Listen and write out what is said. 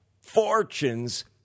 fortunes